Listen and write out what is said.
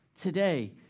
today